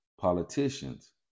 politicians